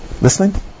Listening